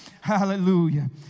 hallelujah